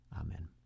Amen